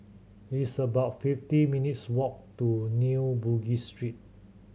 it's about fifty minutes' walk to New Bugis Street